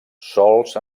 sols